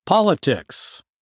Politics